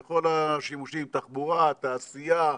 בכל השימושים, תחבורה, תעשייה,